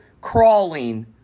crawling